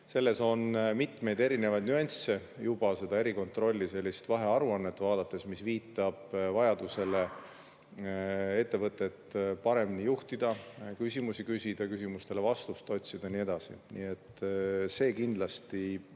Selles on mitmeid erinevaid nüansse. Juba seda erikontrolli vahearuannet vaadates – see viitab vajadusele ettevõtet paremini juhtida, küsimusi küsida, küsimustele vastuseid otsida ja nii edasi. Nii et see on kindlasti